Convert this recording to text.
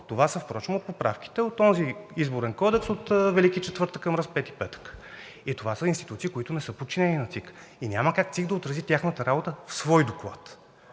Това са впрочем поправките от онзи Изборен кодекс от Велики четвъртък към Разпети петък. Това са институции, които не са подчинени на ЦИК, и няма как ЦИК да отрази тяхната работа в свой доклад,